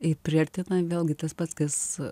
ir priartina vėlgi tas pats kas